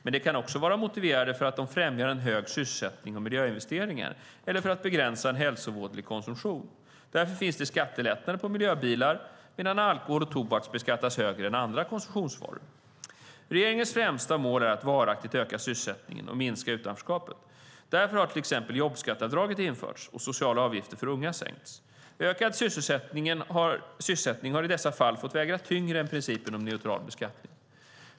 Men de kan också vara motiverade för att främja hög sysselsättning och miljöinvesteringar eller för att begränsa hälsovådlig konsumtion. Därför finns skattelättnader för miljöbilar medan alkohol och tobak beskattas högre än andra konsumtionsvaror. Regeringens främsta mål är att varaktigt öka sysselsättningen och minska utanförskapet. Därför har till exempel jobbskatteavdraget införts och socialavgifterna för unga sänkts. Ökad sysselsättning har i dessa fall fått väga tyngre än principen om neutral beskattning.